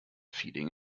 feeding